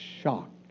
shocked